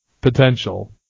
potential